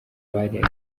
bari